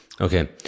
Okay